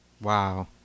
wow